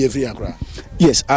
Yes